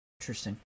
Interesting